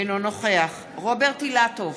אינו נוכח רוברט אילטוב,